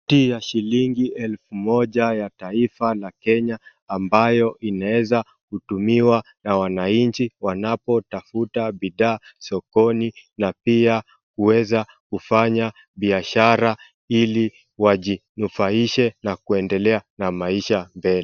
Noti ya shilingi elfu moja ya taifa la Kenya ambayo inaweza kutumiwa na wananchi wanapotafuta bidhaa sokoni na pia huweza kufanya biashara ili wajinufaishe na kuendelea na maisha mbele.